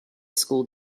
school